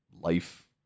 life